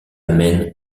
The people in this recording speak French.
mène